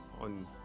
on